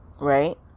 right